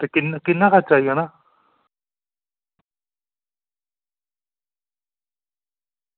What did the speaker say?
ते किन्ना खर्चा आई जाना